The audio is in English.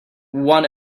one